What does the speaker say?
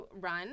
run